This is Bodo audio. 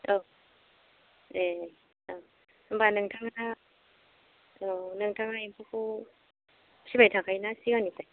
औ ए औ होनबा नोंथाङा एम्फौखौ फिसिबाय थाखायो ना सिगांनिफ्रायनो